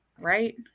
right